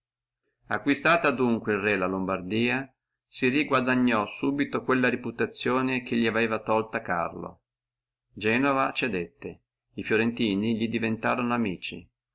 acquistata adunque el re la lombardia si riguadagnò subito quella reputazione che li aveva tolta carlo genova cedé fiorentini li diventorono amici